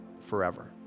forever